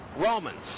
Romans